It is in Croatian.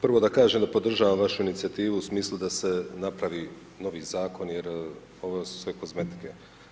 Prvo da kažem da podržavam vašu inicijativu u smislu da se napravi novi zakon, jer su sve kozmetika.